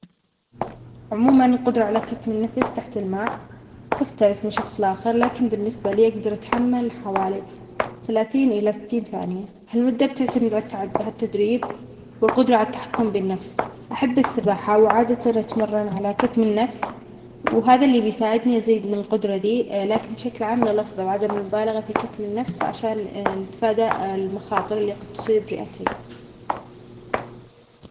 عموما القدرة على كتم النفس تحت الماء تختلف من شخص لآخر، لكن بالنسبة لي أجدر أتحمل حوالي ثلاثين إلى ستين ثانية، هالمدة بتعتمد عالتع-عالتدريب والقدرة على التحكم بالنفس، أحب السباحة وعادة أتمرن على كتم النفس وهذا اللى بيساعدنى أزيد من القدرة دى، لكن بشكل عام unintelligible عدم المبالغة في كتم النفس عشان نتفادى أ-المخاطر اللى قد تصيب الرئتين.